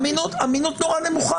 אמינות נורא נמוכה,